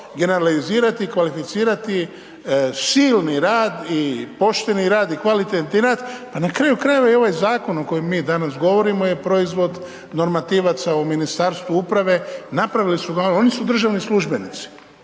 generalizirati i kvalificirati silni rad i pošteni rad i kvalitetan rad, pa na kraju krajeva i ovaj zakon o kojem mi danas govorimo je proizvod normativaca u Ministarstvu uprave, napravili su ga, oni su državni službenici.